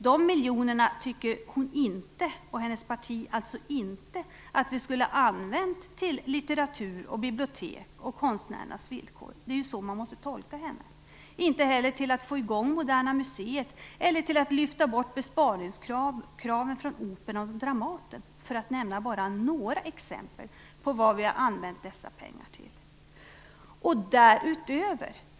De miljonerna tycker Elisabeth Fleetwood och hennes parti inte att vi skulle ha använt till litteratur, bibliotek och konstnärernas villkor - det är ju så man måste tolka henne - och inte heller till att få i gång Moderna museet eller till att lyfta bort besparingskraven från Operan och Dramaten, för att bara nämna några exempel på vad vi har använt dessa pengar till.